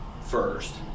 first